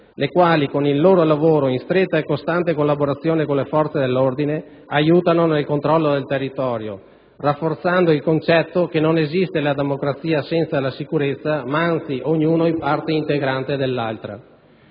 le quali con il loro lavoro in stretta e costante collaborazione con le forze dell'ordine aiutano nel controllo del territorio, rafforzando il concetto che non esiste la democrazia senza la sicurezza, ma anzi ognuna è parte integrante dell'altra.